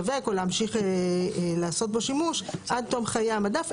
לשווק או להמשיך לעשות בו שימוש עד תום חיי המדף,